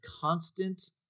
constant